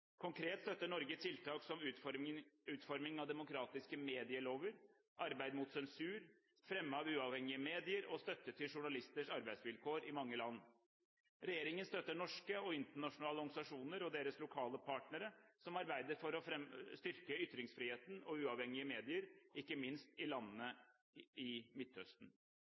Konkret støtter Norge tiltak som utformingen av demokratiske medielover, arbeid mot sensur, fremme av uavhengige medier og støtte til journalisters arbeidsvilkår i mange land. Regjeringen støtter norske og internasjonale organisasjoner og deres lokale partnere som arbeider for å styrke ytringsfriheten og uavhengige medier – ikke minst i mange av landene i Midtøsten.